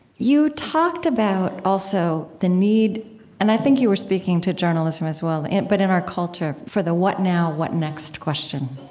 you talked about also the need and i think you were speaking to journalism as well. but in our culture, for the what now? what next? question.